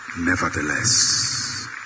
Nevertheless